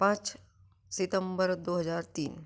पाँच सितम्बर दो हज़ार तीन